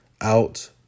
out